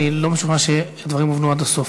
אני לא משוכנע שהדברים הובנו עד הסוף.